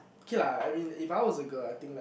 okay lah I mean if I was a girl I think like